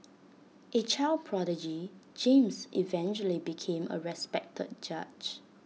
A child prodigy James eventually became A respected judge